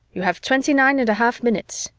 you have twenty-nine and a half minutes,